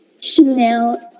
Chanel